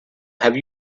have